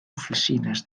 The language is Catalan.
oficines